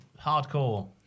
Hardcore